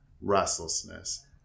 restlessness